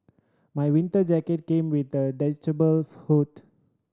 my winter jacket came with a hood